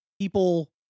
people